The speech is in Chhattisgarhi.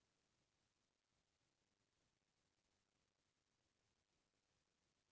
मिलीबाग किट ले फसल बचाए के तरीका बतावव?